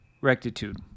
Rectitude